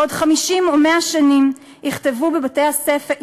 בעוד 50 או 100 שנים ילמדו בבתי-הספר